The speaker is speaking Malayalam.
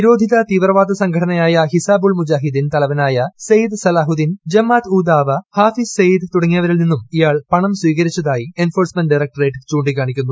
നിരോധിത തീവ്രവാദ സംഘടനയായ ഹിസാബ് ഉൾ മുജജാഹിദ്ദീൻ തലവനായ സെയ്ദ് സലാഹുദ്ദീൻ ജമ്മാത് ഊ ദാവാ ഹാഫിസ് സെയ്യിദ് തുടങ്ങിയവരിൽ നിന്നും ഇയാൾ പണം സ്വീകരിച്ചതായി എൻഫോഴ്സ്മെന്റ് ഡയറക്ടറേറ്റ് ചുണ്ടിക്കാണിക്കുന്നു